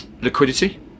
liquidity